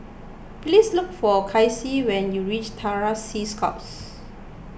please look for Kaycee when you reach Terror Sea Scouts